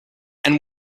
and